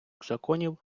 законів